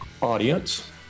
audience